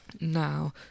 now